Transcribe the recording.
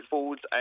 Foods